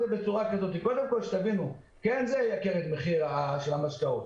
קודם כול, תבינו, זה ייקר את המחיר של המשקאות.